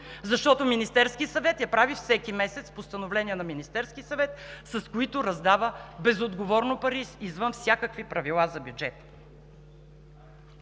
защото Министерският съвет я прави всеки месец с постановления на Министерския съвет, с които раздава безотговорно пари извън всякакви правила за бюджета.